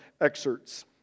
excerpts